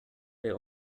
der